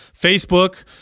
Facebook